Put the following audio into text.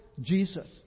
Jesus